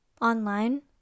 online